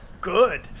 good